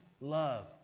love